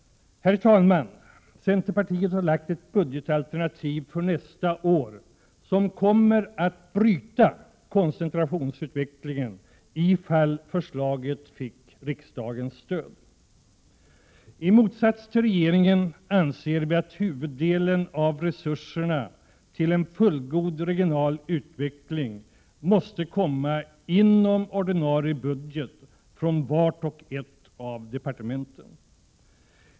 Herr talman! Centerpartiet har lagt fram ett budgetalternativ för nästa år som kommer att bryta koncentrationsutvecklingen ifall förslaget får riksdagens stöd. I motsats till regeringen anser vi att huvuddelen av resurserna till en fullgod regional utveckling måste komma inom ordinarie budget från vart och ett av departementen.